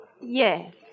Yes